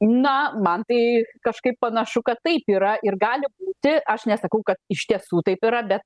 na man tai kažkaip panašu kad taip yra ir gali būti aš nesakau ka iš tiesų taip yra be